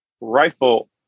rifle